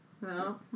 No